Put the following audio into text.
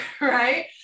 right